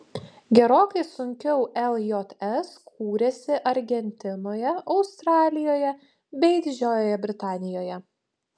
gerokai sunkiau ljs kūrėsi argentinoje australijoje bei didžiojoje britanijoje